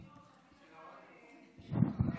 חברת הכנסת פינטו, את מוכנה לתרום לי את חצי